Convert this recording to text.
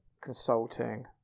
consulting